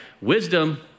Wisdom